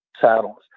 saddles